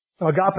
Agape